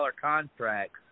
contracts